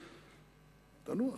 תנוח.